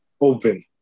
open